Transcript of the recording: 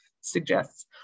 suggests